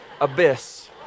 abyss